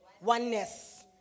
oneness